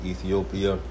Ethiopia